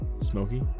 Smoky